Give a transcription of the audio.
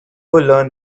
learn